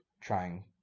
trying